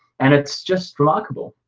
and it's just remarkable.